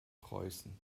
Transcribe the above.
preußen